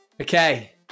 Okay